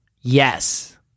Yes